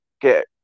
get